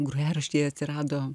grojaraštyje atsirado